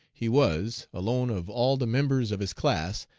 he was, alone of all the members of his class,